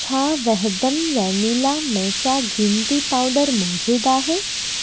छा वहदम vanilla matcha green tea powder मौजूदु आहे